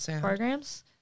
programs